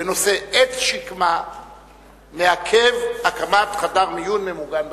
בנושא: עץ שקמה מעכב הקמת חדר מיון ממוגן באשקלון.